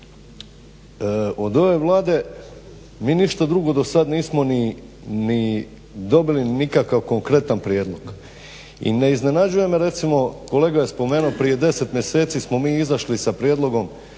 od ove Vlade mi ništa drugo dosad nismo ni dobili nikakav konkretan prijedlog i ne iznenađuje me recimo kolega je spomenuo prije 10 mjeseci smo mi izašli sa prijedlogom